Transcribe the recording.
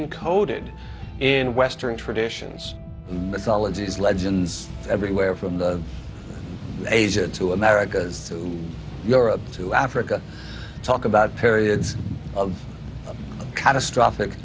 in coded in western traditions and mythologies legends everywhere from the laser to america's to europe to africa talk about periods of catastrophic